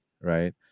right